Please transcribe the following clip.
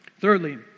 Thirdly